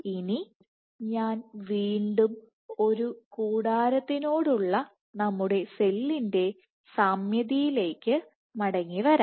ഇനി ഞാൻ വീണ്ടും ഒരു കൂടാരത്തിനോട് ഉള്ളനമ്മുടെസെല്ലിന്റെ സാമ്യതയിലേക്ക് മടങ്ങിവരാം